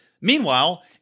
meanwhile